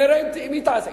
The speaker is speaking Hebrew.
נראה עם מי תעשה.